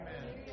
Amen